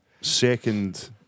second